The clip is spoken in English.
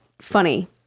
funny